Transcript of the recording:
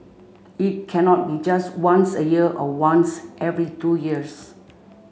it cannot be just once a year or once every two years